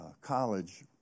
college